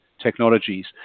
Technologies